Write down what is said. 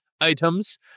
items